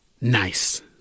NICE